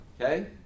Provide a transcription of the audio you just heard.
okay